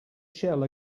shell